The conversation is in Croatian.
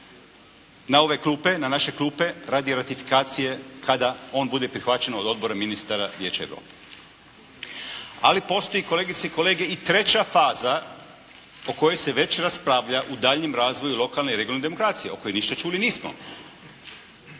na ove klupe, na naše klupe radi ratifikacije kada on bude prihvaćen od odbora i ministara Vijeća Europe. Ali postoji, kolegice i kolege i treća faza o kojoj se već raspravlja u daljnjem razvoju lokalne i regionalne demokracije o kojem ništa čuli nismo.